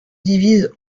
divise